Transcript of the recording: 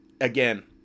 again